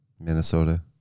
Minnesota